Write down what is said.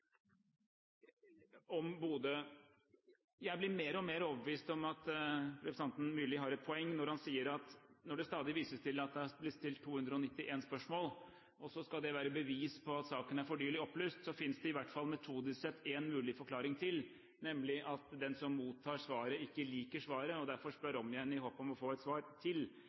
om Bodø til representanten Eriksen Søreide. Jeg blir mer og mer overbevist om at representanten Myrli har et poeng når han sier at det stadig vises til at det er stilt 291 spørsmål, og at det skal være bevis på at saken er for dårlig opplyst. Så finnes det i hvert fall metodisk sett én mulig forklaring til, nemlig at den som mottar svaret, ikke liker svaret og derfor spør om igjen i håp om å få et annet svar.